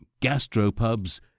gastropubs